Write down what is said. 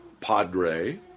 padre